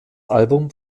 album